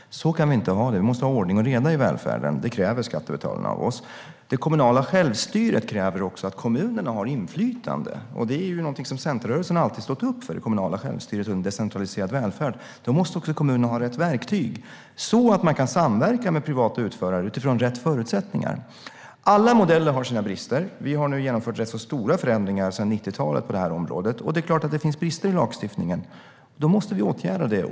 Så kan vi inte ha det. Vi måste ha ordning och reda i välfärden. Det kräver skattebetalarna av oss. Det kommunala självstyret kräver också att kommunerna har inflytande. Centerrörelsen har alltid stått upp för det kommunala självstyret och en decentraliserad välfärd. Då måste också kommunerna ha rätt verktyg, så att de kan samverka med privata utförare utifrån rätt förutsättningar. Alla modeller har sina brister. Vi har genomfört rätt stora förändringar sedan 90-talet på det här området, och det är klart att det finns brister i lagstiftningen. Då måste vi åtgärda dem.